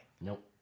Nope